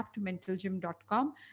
aptmentalgym.com